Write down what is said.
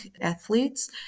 athletes